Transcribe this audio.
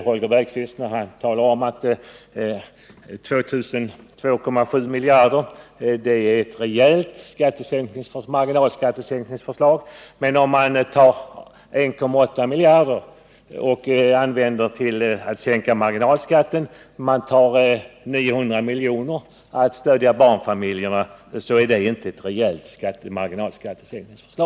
Holger Bergqvist säger att 2,7 miljarder ger en rejäl marginalskattesänkning, medan 1,8 miljarder för en marginalskattesänkning plus 900 miljoner för att stödja barnfamiljerna inte ger en rejäl marginalskattesänkningseffekt.